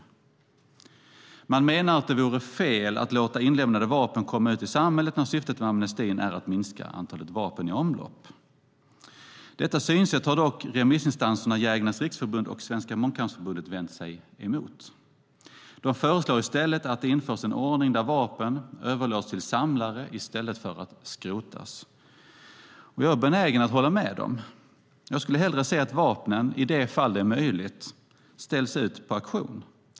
Regeringen menar att det vore fel att låta inlämnade vapen komma ut i samhället när syftet med amnestin är att minska antalet vapen i omlopp. Detta synsätt har dock remissinstanserna Jägarnas Riksförbund och Svenska Mångkampsförbundet vänt sig emot. De föreslår i stället att det införs en ordning där vapen överlåts till samlare i stället för att skrotas. Jag är benägen att hålla med dem. Jag skulle hellre se att vapnen, i de fall det är möjligt, ställs ut på auktion.